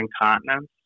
incontinence